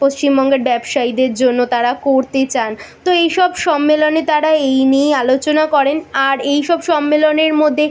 পশ্চিমবঙ্গের ব্যবসায়ীদের জন্য তারা করতে চান তো এইসব সম্মেলনে তারা এই নিয়েই আলোচনা করেন আর এইসব সম্মেলনের মধ্যে